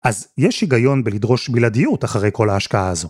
‫אז יש היגיון בלדרוש בלעדיות ‫אחרי כל ההשקעה הזו.